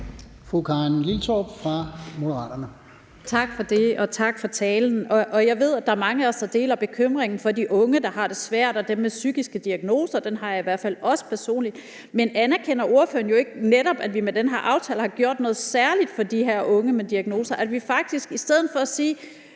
(M): Tak for det. Og tak for talen. Jeg ved, at der er mange af os, der deler bekymringen for de unge, der har det svært, og dem med psykiske diagnoser; det gør jeg i hvert fald også personligt. Men anerkender ordføreren ikke netop, at vi med den her aftale har gjort noget særligt for de her unge med diagnoser, ved at vi faktisk i stedet for at sige,